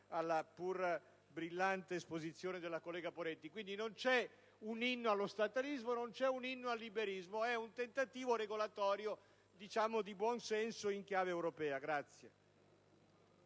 alla pur brillante esposizione della collega Poretti. Non c'è un inno allo statalismo e non c'è un inno al liberismo: si tratta di un tentativo regolatorio di buonsenso, in chiave europea.